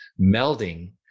melding